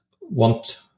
want